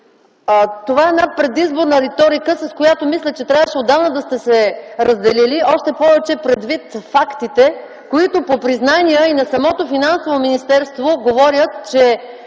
Това е една предизборна риторика, с която мисля, че отдавна трябваше да сте се разделили, още повече предвид фактите, които, по признания и на самото Финансово министерство, говорят, че